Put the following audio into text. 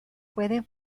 pueden